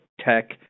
tech